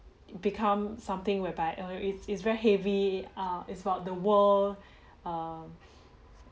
become something whereby uh it's it's very heavy err it's about the world err